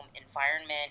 environment